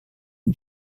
and